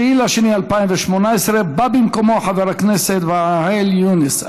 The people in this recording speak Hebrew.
9 בפברואר 2018, בא במקומו חבר הכנסת ואאל יונס.